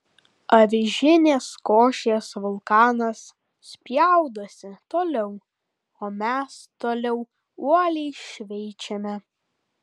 avižinės košės vulkanas spjaudosi toliau o mes toliau uoliai šveičiame